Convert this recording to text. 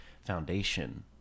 foundation